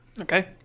Okay